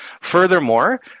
Furthermore